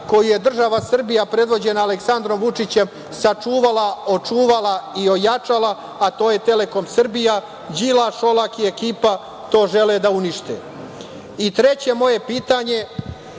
koju je država Srbija, predvođena Aleksandrom Vučićem sačuvala, očuvala i ojačala, a to je Telekom Srbija, Đilas, Šolak i ekipa, to žele da unište. Treće moje pitanje